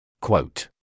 Quote